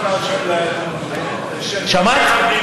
שמעת?